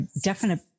definite